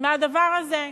מהדבר הזה.